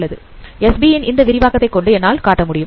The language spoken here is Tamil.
SB ன் இந்த விரிவாக்கத்தை கொண்டு என்னால் காட்ட முடியும்